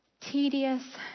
tedious